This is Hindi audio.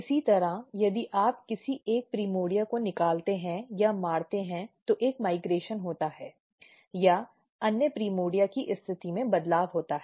इसी तरह यदि आप किसी एक प्राइमर्डिया को निकालते हैं या मारते हैं तो एक माइग्रेशन होता है या अन्य प्राइमर्डिया की स्थिति में बदलाव होता है